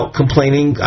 complaining